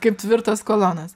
kaip tvirtos kolonos